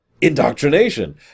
Indoctrination